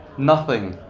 nothing.